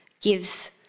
gives